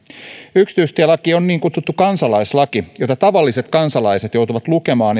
yksityistielaki on niin kutsuttu kansalaislaki jota tavalliset kansalaiset joutuvat lukemaan